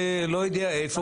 לא יודע איפה,